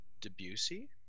Debussy